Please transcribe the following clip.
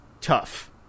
tough